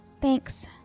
Thanks